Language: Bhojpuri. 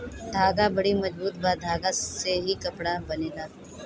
धागा बड़ी मजबूत बा धागा से ही कपड़ा बनेला